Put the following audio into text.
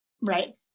Right